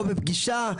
או פגישה,